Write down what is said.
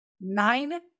nine